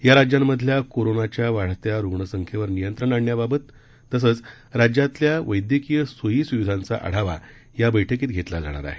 या राज्यांमधल्या कोरोनाच्या वाढत्या रुग्ण संख्येवर नियंत्रण आणण्याबाबत तसंच राज्यातल्या वैद्यकीय सोयीसुविधांचा आढावा या बैठकीत घेतला जाणार आहे